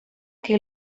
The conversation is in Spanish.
que